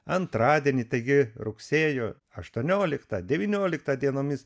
antradienį taigi rugsėjo aštuonioliktą devynioliktą dienomis